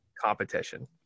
competition